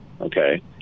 Okay